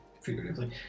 figuratively